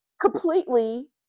completely